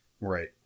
Right